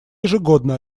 ежегодно